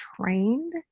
trained